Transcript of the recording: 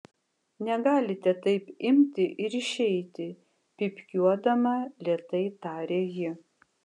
negalite taip imti ir išeiti pypkiuodama lėtai tarė ji